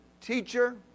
teacher